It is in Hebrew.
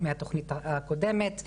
מהתוכנית הקודמת,